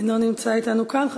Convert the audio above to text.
אינו נמצא אתנו כאן.